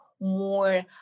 More